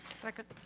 second.